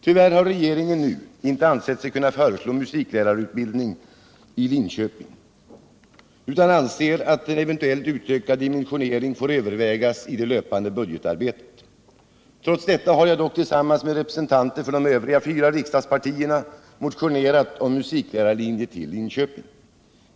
Tyvärr har regeringen nu inte ansett sig kunna föreslå musiklärarutbildning i Linköping utan anser att en eventuellt utökad dimensionering får övervägas i det löpande budgetarbetet. Trots detta har jag dock tillsammans med representanter för de övriga fyra riksdagspartierna motionerat om musiklärarlinje till Linköping.